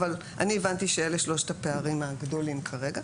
אבל אני הבנתי שאלה שלושת הפערים הגדולים כרגע.